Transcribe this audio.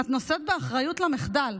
את נושאת באחריות למחדל.